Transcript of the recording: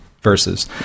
verses